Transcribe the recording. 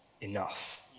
enough